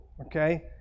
okay